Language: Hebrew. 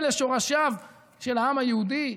אלה שורשיו של העם היהודי,